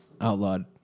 outlawed